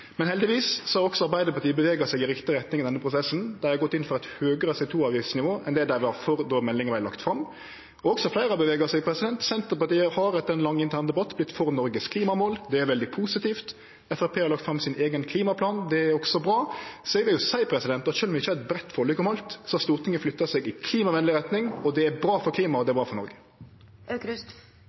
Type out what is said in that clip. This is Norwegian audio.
Men heldigvis har også Arbeidarpartiet bevega seg i riktig retning i denne prosessen, dei har gått inn for eit høgare CO 2 -avgiftsnivå enn det dei var for då meldinga vart lagd fram. Også fleire har bevega seg, Senterpartiet har etter ein lang intern debatt vorte for Noregs klimamål, det er veldig positivt. Framstegspartiet har lagt fram sin eigen klimaplan, det er også bra. Så eg vil seie at sjølv om vi ikkje har eit breitt forlik om alt, har Stortinget flytta seg i klimavenleg retning. Det er bra for klimaet, og det er bra for